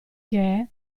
che